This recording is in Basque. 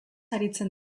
aritzen